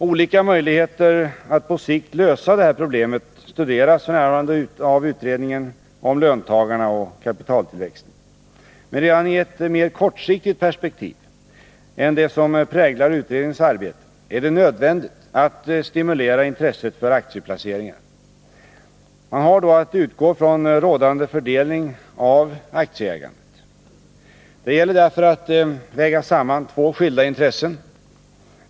Olika möjligheter att på sikt lösa det här problemet studeras f. n. av utredningen om löntagarna och kapitaltillväxten. Men redan i ett mer kortsiktigt perspektiv än det som präglar utredningens arbete är det nödvändigt att stimulera intresset för aktieplaceringar. Man har då att utgå från rådande fördelning av aktieägandet. Det gäller därför att väga samman två skilda intressen.